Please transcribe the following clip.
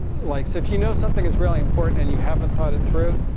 like so if you know something is really important and you haven't thought it through.